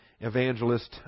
evangelist